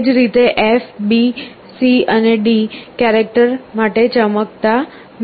એ જ રીતે F B C અને D કેરેક્ટર માટે ચમકતા નથી